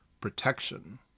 protection